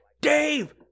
dave